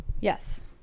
Yes